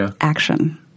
action